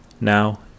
Now